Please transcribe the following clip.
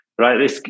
Right